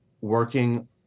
working